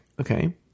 Okay